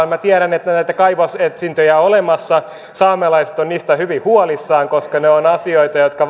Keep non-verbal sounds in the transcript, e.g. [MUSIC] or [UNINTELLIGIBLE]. [UNINTELLIGIBLE] minä tiedän että saamelaisalueilla näitä kaivosetsintöjä on olemassa saamelaiset ovat niistä hyvin huolissaan koska ne ovat asioita jotka [UNINTELLIGIBLE]